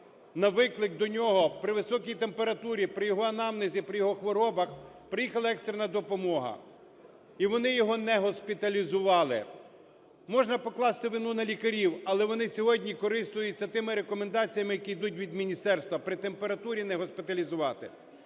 на виклик до нього при високій температурі, при його анамнезі, при його хворобах приїхала екстрена допомога, і вони його не госпіталізували. Можна покласти вину на лікарів, але вони сьогодні користуються тими рекомендаціями, які йдуть від міністерства: при температурі не госпіталізувати.